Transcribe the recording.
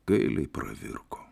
gailiai pravirko